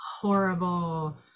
horrible